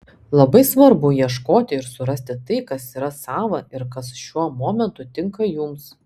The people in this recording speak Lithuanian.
labai svarbu ieškoti ir surasti tai kas yra sava ir kas šiuo momentu tinka jums